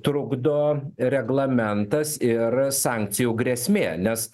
trukdo reglamentas ir sankcijų grėsmė nes